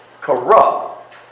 corrupt